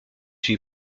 celui